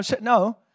no